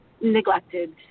neglected